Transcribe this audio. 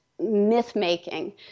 myth-making